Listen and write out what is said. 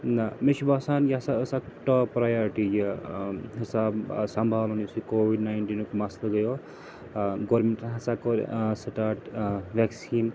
نَہ مےٚ چھُ باسان یہِ ہَسا ٲس اَکھ ٹاپ پرٛیارٹی یہِ ٲں حِساب ٲں سَمبھالُن یُس یہِ کوٚوِڈ ناِینٹیٖنُک مسلہٕ گٔیو ٲں گورمنٹَن ہَسا کوٚر ٲں سٹارٹ ٲں ویٚکسیٖن